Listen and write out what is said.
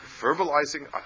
verbalizing